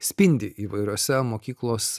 spindi įvairiose mokyklos